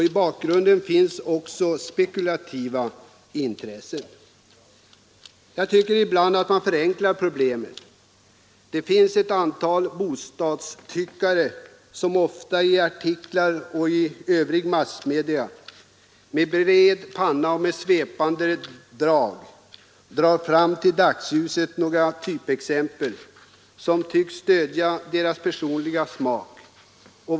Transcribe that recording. I bakgrunden finns också spekulativa intressen. Jag tycker ibland att man förenklar problemet. Det finns ett antal bostadstyckare som ofta i tidningar och i övriga massmedia med svepande drag för fram i dagsljuset några typexempel, som tycks stödja deras personliga uppfattning.